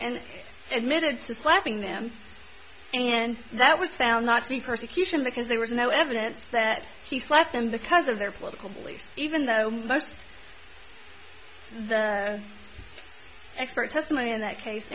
and admitted to slapping them and that was found not to meet persecution because there was no evidence that he slept in the cause of their political beliefs even though most expert testimony in that case